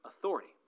authority